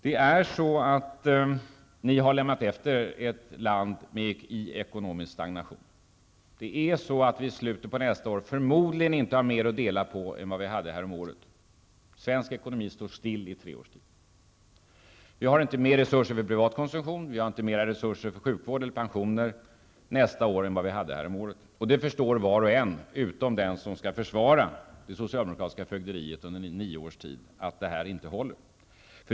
Det är så, att ni har lämnat efter er ett land i ekonomisk stagnation. Och det är så, att vi i slutet av nästa år förmodligen inte kommer att ha mera att dela på än vi hade häromåret. Svensk ekonomi står stilla under tre års tid. Vi har inte mer av resurser för privat konsumtion och vi har inte mer av resurser för sjukvård eller pensioner nästa år än vi hade häromåret. Var och en förstår, utom den som skall försvara det nioåriga socialdemokratiska fögderiet, att detta inte håller.